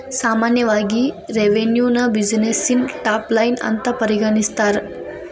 ಸಾಮಾನ್ಯವಾಗಿ ರೆವೆನ್ಯುನ ಬ್ಯುಸಿನೆಸ್ಸಿನ ಟಾಪ್ ಲೈನ್ ಅಂತ ಪರಿಗಣಿಸ್ತಾರ?